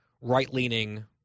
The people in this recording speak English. right-leaning